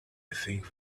think